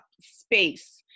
space